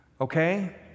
Okay